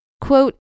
Quote